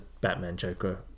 Batman-Joker